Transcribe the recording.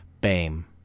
Bam